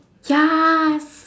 yas